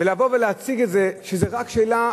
ולבוא ולהציג את זה שזה רק שאלה,